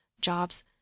jobs